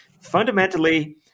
Fundamentally